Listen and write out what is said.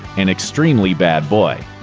an extremely bad boy.